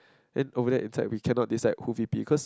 then over there is like we cannot decide who V_P cause